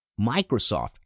Microsoft